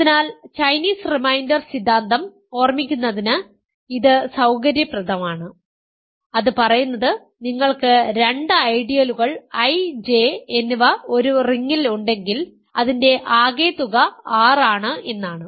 അതിനാൽ Chinese remainder സിദ്ധാന്തം ഓർമിക്കുന്നതിന് ഇത് സൌകര്യപ്രദമാണ് അത് പറയുന്നത് നിങ്ങൾക്ക് രണ്ട് ഐഡിയലുകൾ I J എന്നിവ ഒരു റിംഗിൽ ഉണ്ടെങ്കിൽ അതിന്റെ ആകെത്തുക R ആണ് എന്നാണ്